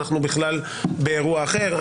אנחנו בכלל באירוע אחר.